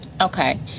okay